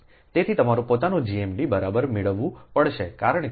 તેથી તમારે પોતાને GMD બરાબર મેળવવું પડશે કારણ કે